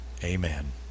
Amen